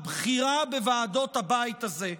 הבכירה בוועדות הבית הזה.